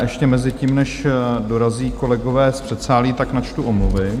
Ještě mezitím, než dorazí kolegové z předsálí, načtu omluvy.